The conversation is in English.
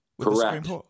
Correct